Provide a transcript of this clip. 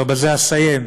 ובזה אסיים,